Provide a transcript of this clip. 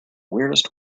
weirdest